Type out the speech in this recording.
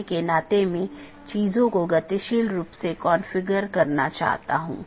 IGP IBGP AS के भीतर कहीं भी स्थित हो सकते है